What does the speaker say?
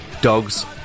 dogs